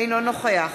אינו נוכח